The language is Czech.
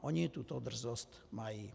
Oni tuto drzost mají.